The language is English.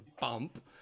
bump